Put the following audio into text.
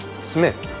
smith,